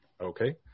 Okay